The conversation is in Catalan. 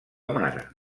mare